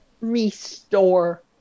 restore